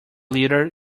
leader